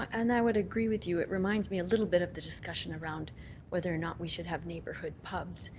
and i would agree with you, it remind me a little bit of the discussion around whether or not we should have neighbourhood pubs.